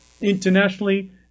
internationally